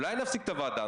אולי נפסיק את הוועדה,